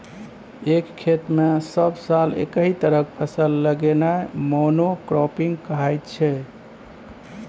एक खेत मे सब साल एकहि तरहक फसल लगेनाइ मोनो क्राँपिंग कहाइ छै